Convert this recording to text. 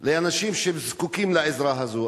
לאנשים שזקוקים לעזרה הזו.